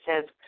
says